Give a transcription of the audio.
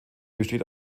besteht